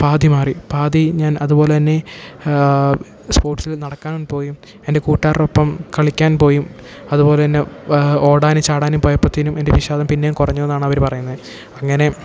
പാതി മാറി പാതി ഞാൻ അതു പോലെ തന്നെ സ്പോർട്സിൽ നടക്കാൻ പോയും എൻ്റെ കൂട്ടുകാരോടൊപ്പം കളിക്കാൻ പോയും അതു പോലെ തന്നെ ഓടാനും ചാടാനും പോയപ്പോഴത്തേനും എൻ്റെ വിഷാദം പിന്നെയും കുറഞ്ഞുവെന്നാണവർ പറയുന്നത് അങ്ങനെ